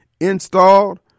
Installed